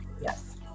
Yes